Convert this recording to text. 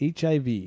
HIV